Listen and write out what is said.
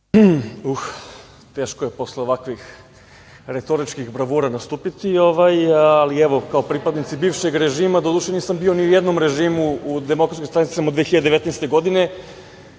Teško je posle ovakvih retoričkih bravura nastupiti, ali kao pripadnici bivšeg režima, doduše, nisam bio ni u jednom režimu. U Demokratskoj stranci sam od 2019. godine,